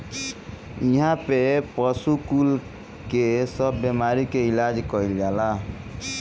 इहा पे पशु कुल के सब बेमारी के इलाज कईल जाला